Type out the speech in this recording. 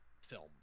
film